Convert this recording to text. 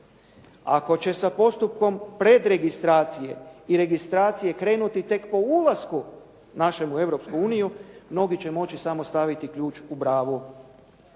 Ako će sa postupkom predregistracije i registracije krenuti tek po ulasku našeg u Europsku uniju, mnogi će moći samo staviti ključ u bravu.